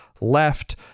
left